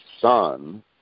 son